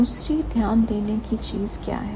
दूसरी ध्यान देने की चीज क्या है